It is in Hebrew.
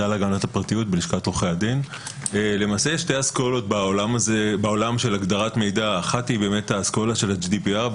יש שתי אסכולות בעולם של הגדרת מידע: האחת היא האסכולה של ה-GDPR,